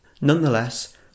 Nonetheless